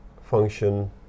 function